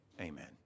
Amen